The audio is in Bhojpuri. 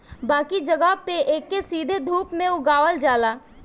बाकी जगह पे एके सीधे धूप में उगावल जाला